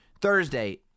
Thursday